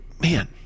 man